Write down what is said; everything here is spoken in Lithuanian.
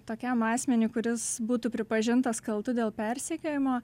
tokiam asmeniui kuris būtų pripažintas kaltu dėl persekiojimo